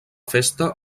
festa